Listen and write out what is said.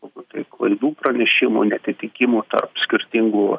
kokių tai klaidų pranešimų neatitikimų tarp skirtingų